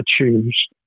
choose